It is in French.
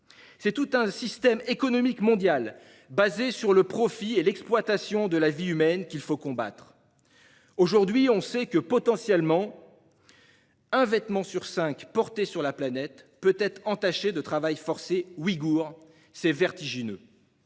C'est tout un système économique mondial fondé sur le profit et l'exploitation de la vie humaine qu'il faut combattre. Aujourd'hui, on sait qu'un vêtement sur cinq porté sur la planète peut être entaché de travail forcé ouïghour. C'est vertigineux